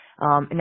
Now